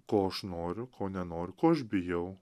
ko aš noriu ko nenor ko aš bijau